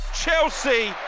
Chelsea